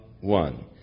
one